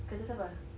kereta siapa